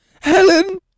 Helen